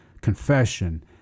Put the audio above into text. confession